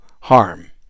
harm